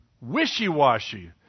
Wishy-washy